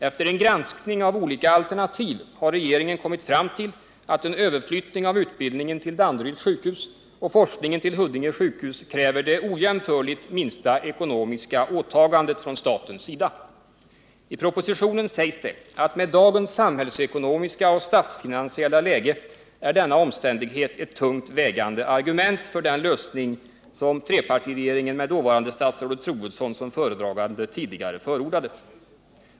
Efter en granskning av olika alternativ har regeringen kommit fram till att en överflyttning av utbildningen till Danderyds sjukhus och forskningen till Huddinge sjukhus kräver det ojämförligt minsta ekonomiska åtagandet från statens sida. I propositionen sägs det att med dagens samhällsekonomiska och statsfinansiella läge är denna omständighet ett tungt vägande argument för den lösning som regeringen med statsrådet Troedsson som föredragande tidigare har förordat.